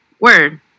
Word